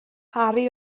harri